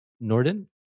Norden